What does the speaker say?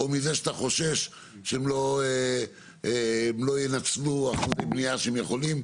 או מזה שאתה חושש שהם לא ינצלו אחוזי בנייה שהם יכולים,